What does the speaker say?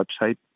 website